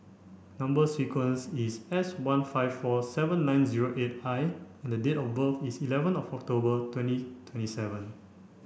number sequence is S one five four seven nine zero eight I and the date of birth is eleven of October twenty twenty seven